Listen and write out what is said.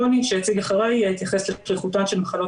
רוני שיציג אחריי יתייחס לשכיחותן של מחלות